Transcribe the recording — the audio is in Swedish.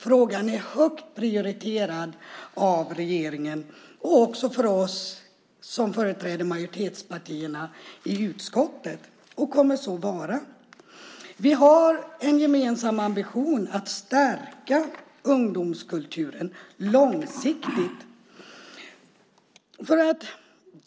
Frågan är också högt prioriterad, både av regeringen och av oss som företräder majoritetspartierna i utskottet, och kommer så att vara. Vi har en gemensam ambition att stärka ungdomskulturen långsiktigt.